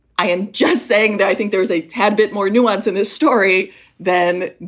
i am just saying that i think there is a tad bit more nuance in this story than,